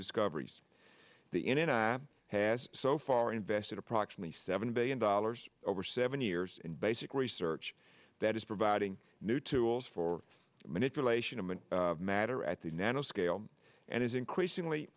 discoveries the in a has so far invested approximately seven billion dollars over seven years in basic research that is providing new tools for manipulation of matter at the nanoscale and is increasingly